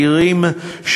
מהירים,